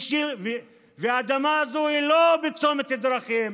והאדמה הזאת היא לא בצומת דרכים